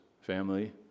family